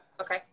Okay